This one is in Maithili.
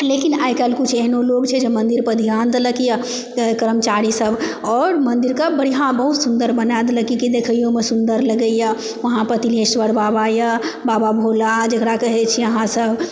लेकिन आइ काल्हि किछु एहनो लोग छै जे मंदिर पर ध्यान देलक यऽ तऽ कर्मचारी सब आओर मंदिर कऽ बढ़िआँ बहुत सुन्दर बनाए देलक किएकि देखैयोमे बहुत सुन्दर लगैए वहाँ पर तिल्हेश्वर बाबा यऽ बाबा भोला जेकरा कहै छिऐ अहाँ सब